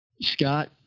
Scott